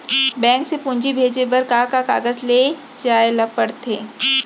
Bank से पूंजी भेजे बर का का कागज ले जाये ल पड़थे?